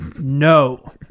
No